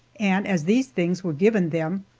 and as these things were given them,